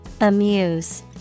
Amuse